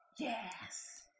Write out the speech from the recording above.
Yes